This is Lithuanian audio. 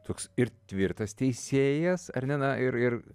toks ir tvirtas teisėjas ar ne na ir ir